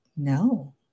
No